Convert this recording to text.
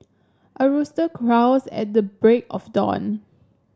a rooster crows at the break of dawn